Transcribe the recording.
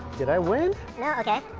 did i win? no, okay.